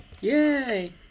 Yay